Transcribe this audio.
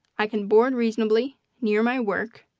i can board reasonably, near my work,